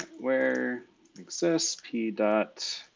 where exist p dot.